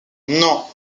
non